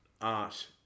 art